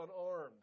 unarmed